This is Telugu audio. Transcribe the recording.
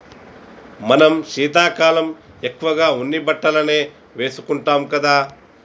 మనం శీతాకాలం ఎక్కువగా ఉన్ని బట్టలనే వేసుకుంటాం కదా